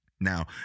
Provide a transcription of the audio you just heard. Now